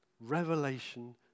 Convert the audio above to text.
Revelation